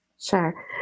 Sure